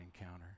encounter